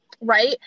right